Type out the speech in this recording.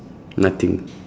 nothing